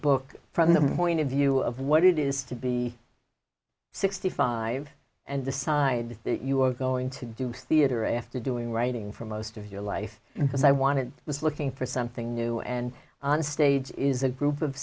book from the point of view of what it is to be sixty five and decide that you are going to do theatre after doing writing for most of your life and i wanted was looking for something new and on stage is a group of